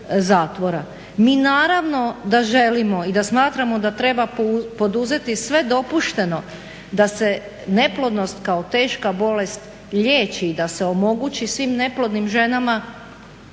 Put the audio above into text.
Mi naravno da želimo i da smatramo da treba poduzeti sve dopušteno da se neplodnost kao teška bolest liječi i da se omogući svim neplodnim ženama